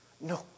No